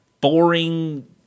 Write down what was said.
boring